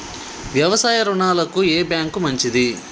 వ్యవసాయ రుణాలకు ఏ బ్యాంక్ మంచిది?